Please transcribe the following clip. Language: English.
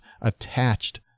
attached